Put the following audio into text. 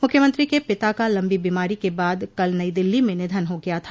मूख्यमंत्री के पिता का लम्बी बीमारी के बाद कल नई दिल्ली में निधन हो गया था